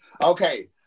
okay